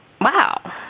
Wow